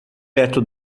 perto